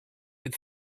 with